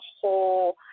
whole